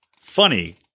Funny